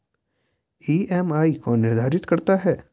EMI कौन निर्धारित करता है?